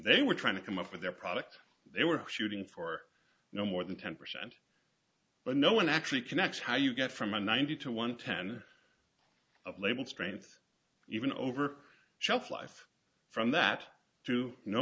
they were trying to come up with their product they were shooting for no more than ten percent but no one actually connects how you get from a ninety to one ten of label strength even over shelf life from that to no